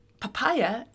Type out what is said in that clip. papaya